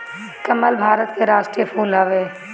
कमल भारत के राष्ट्रीय फूल हवे